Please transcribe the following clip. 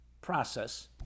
process